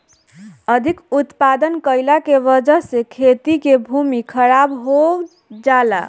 अधिक उत्पादन कइला के वजह से खेती के भूमि खराब हो जाला